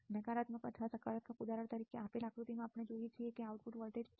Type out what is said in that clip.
નકારાત્મક અથવા સકારાત્મક ઉદાહરણ તરીકે આપેલ આકૃતિમાં આપણે જોઈએ છીએ કે આઉટપુટ વોલ્ટેજ 14